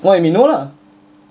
why you mean no lah